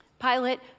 Pilate